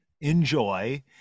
Enjoy